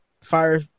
fire